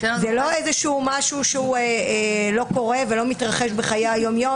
זה לא משהו שלא קורה ולא מתרחש בחיי היום-יום.